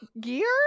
gear